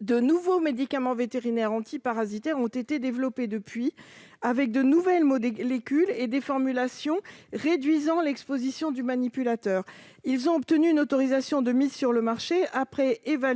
De nouveaux médicaments vétérinaires antiparasitaires ont été développés depuis avec de nouvelles molécules et des formulations réduisant l'exposition du manipulateur. Ils ont obtenu une autorisation de mise sur le marché après que